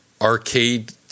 arcade